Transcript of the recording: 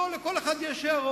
לא, לכל אחד יש הערות.